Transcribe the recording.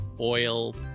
Oil